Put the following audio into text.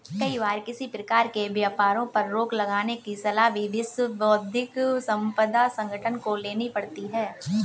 कई बार किसी प्रकार के व्यापारों पर रोक लगाने की सलाह भी विश्व बौद्धिक संपदा संगठन को लेनी पड़ती है